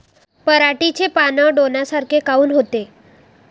पराटीचे पानं डोन्यासारखे काऊन होते?